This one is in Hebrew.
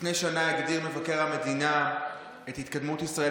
לפני שנה הגדיר מבקר המדינה את התקדמות ישראל